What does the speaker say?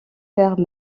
ferme